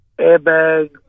airbag